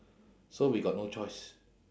so we got no choice